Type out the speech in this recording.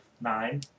Nine